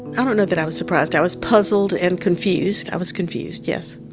i don't know that i was surprised. i was puzzled and confused. i was confused yes.